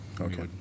Okay